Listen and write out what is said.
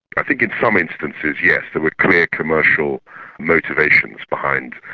i think in some instances, yes. there were clear commercial motivations behind,